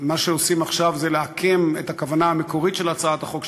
שעושים עכשיו זה לעקם את הכוונה המקורית של הצעת החוק,